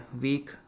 week